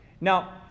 Now